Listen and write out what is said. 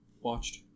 watched